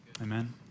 Amen